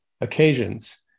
occasions